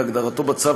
כהגדרתו בצו,